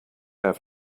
have